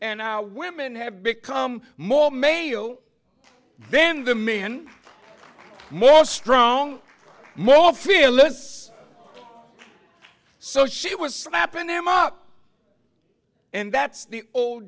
now women have become more male then the men more strong mo fearless so she was slapping them up and that's the old